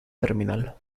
terminal